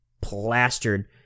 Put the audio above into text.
plastered